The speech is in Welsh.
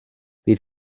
bydd